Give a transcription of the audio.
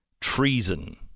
treason